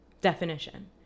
definition